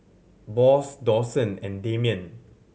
Boss Dawson and Damien